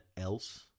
else